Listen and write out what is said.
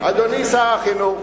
אדוני שר החינוך,